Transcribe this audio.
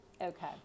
Okay